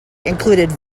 included